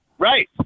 Right